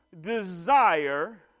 desire